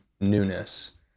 newness